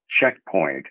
checkpoint